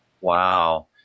Wow